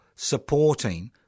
Supporting